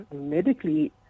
medically